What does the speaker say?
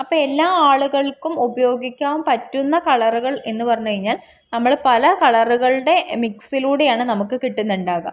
അപ്പോൾ എല്ലാ ആളുകൾക്കും ഉപയോഗിക്കാൻ പറ്റുന്ന കളറുകൾ എന്ന് പറഞ്ഞു കഴിഞ്ഞാൽ നമ്മൾ പല കളറുകളുടെ മിക്സിലൂടെയാണ് നമുക്ക് കിട്ടുന്നുണ്ടാകാം